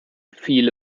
viele